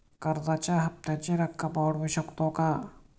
कर्जाच्या हप्त्याची रक्कम वाढवू शकतो का?